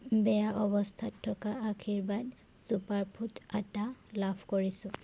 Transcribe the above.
বেয়া অৱস্থাত থকা আশীৰ্বাদ চুপাৰ ফুডছ আটা লাভ কৰিছোঁ